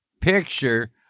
picture